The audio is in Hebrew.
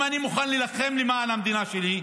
אם אני מוכן להילחם למען המדינה שלי,